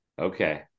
okay